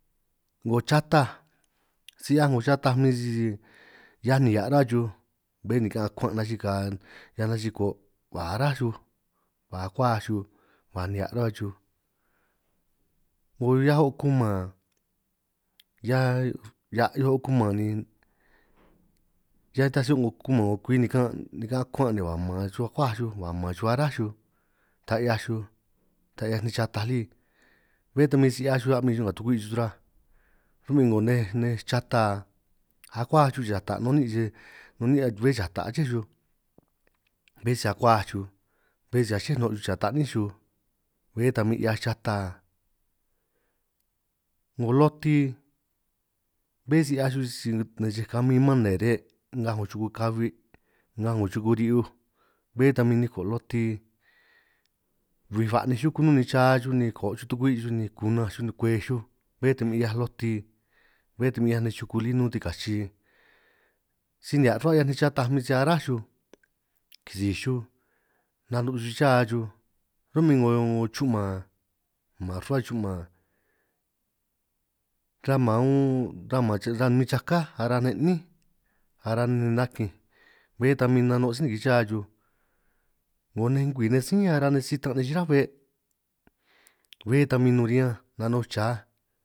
'Ngo chataj si 'hiaj 'ngo chataj mim sisi hiaj nihia' ra chuj, bé nikan' akuan' nachikaj 'hiaj nachiko' ba ará xuj ba akuaj xuj ba nihia' ruhua xuj, 'ngo hiaj o' kuman hiaj a'hioj o' kuman ni riñan nitaj si o' 'ngo kuman kwi nikan' nikan akuan' ni ka man xuj akuaj xuj ka' man xuj achrá xuj, ta 'hia xuj ta 'hiaj nej chataj lí bé ta min si 'hiaj xuj a'min xuj nga tukwi' xuj si ruhuaj, ru'min 'ngo nej nej chata akuaj xuj chata' nun niín' si niín bé chata' aché xuj, bé si akuaj xuj bé si aché no' xuj cha taní xuj bé ta min´hiaj chata, 'ngo loti bé si 'hiaj xuj si nej chej kamin man nne re' ngaj 'ngo chuko kahui' ngaj 'ngo chuku ri'hiuj, bé ta min niko loti bij ba'ninj yuku nun ni cha xuj ni koo' chuj tukwi' xuj ni kunanj xuj ni kwej xuj, bé ta min 'hiaj loti bé ta min 'hiaj nej chuku lí nun tikachi si nihia' ruhuáj min si 'hiaj nej chataj si aráj xuj, kisij chuj nanun' xuj si cha xuj ru'min 'ngo chu'man man rruhua chu'man, sa man unn sa man riñan numin chakáj ara nej 'nín araj nej nakinj bé ta min si nano' si nikí cha xuj, 'ngo nej ngwii nej sínj ara nej si-tan' nej chirá' be', bé ta nun riñanj nano' chaj.